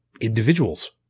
individuals